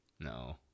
No